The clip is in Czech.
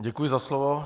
Děkuji za slovo.